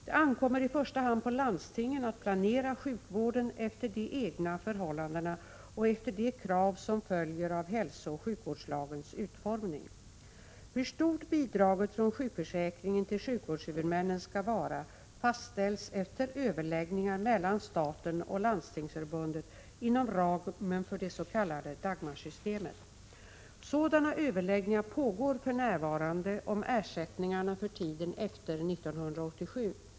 Det ankommer i första hand på landstingen att planera sjukvården efter de egna förhållandena och efter de krav som följer av hälsooch sjukvårdslagens utformning. Hur stort bidraget från sjukförsäkringen till sjukvårdshuvudmännen skall vara fastställs efter överläggningar mellan staten och Landstingsförbundet inom ramen för det s.k. Dagmarsystemet. Sådana överläggningar pågår för närvarande om ersättningarna för tiden efter år 1987.